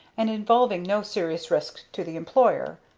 and involving no serious risk to the employer.